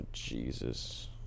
Jesus